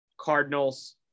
Cardinals